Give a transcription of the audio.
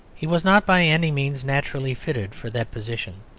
he was not by any means naturally fitted for that position.